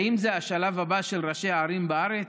האם זה השלב הבא של ראשי הערים בארץ,